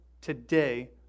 today